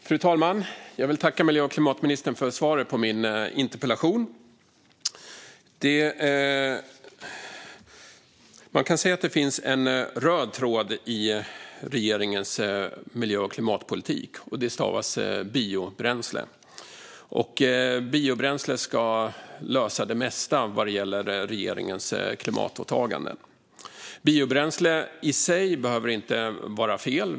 Fru talman! Jag vill tacka miljö och klimatministern för svaret på min interpellation. Man kan se att det finns en röd tråd i regeringens miljö och klimatpolitik, nämligen biobränsle. Biobränsle ska lösa det mesta när det gäller regeringens klimatåtagande. Biobränsle i sig behöver inte vara fel.